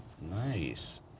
Nice